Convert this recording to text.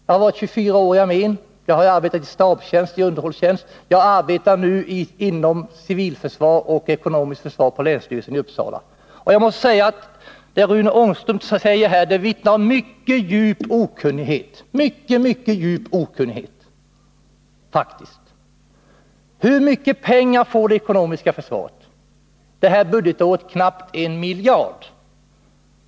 Jag har varit 24 år i armén, jag har arbetat i stabstjänst och i underhållstjänst, och nu arbetar jag inom civilförsvar och ekonomiskt försvar på länsstyrelsen i Uppsala. Jag måste säga att det Rune Ångström säger faktiskt vittnar om mycket stor och djup okunnighet. Hur mycket pengar får det ekonomiska försvaret? Det här budgetåret knappt en miljard.